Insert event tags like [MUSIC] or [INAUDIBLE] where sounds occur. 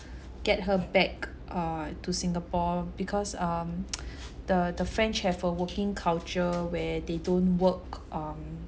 get her back uh to singapore because um [NOISE] the the french have a working culture where they don't work um